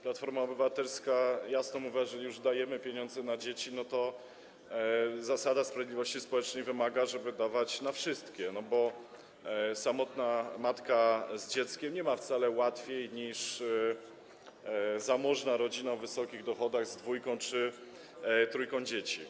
Platforma Obywatelska jasno mówiła, że jeżeli dajemy pieniądze na dzieci, no to zasada sprawiedliwości społecznej wymaga, żeby dawać na wszystkie, bo samotna matka z dzieckiem nie ma wcale łatwiej niż zamożna rodzina o wysokich dochodach dwójką czy trójką dzieci.